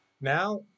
Now